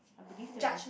I believe that my